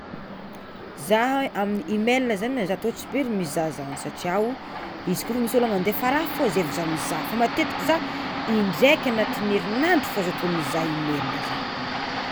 Zah amin'ny email zany zah tô tsy be ry mizahazaha satria o izy kôfa misy olo hagnandefa raha fô zay vao zah vao mizaha fa matetiky zah indraika agnatin'ny herignandro fô zah tô mizaha email zany.